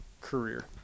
career